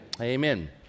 amen